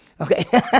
Okay